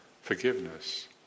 forgiveness